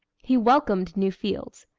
he welcomed new fields.